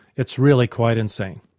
it's really quite insane,